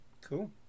cool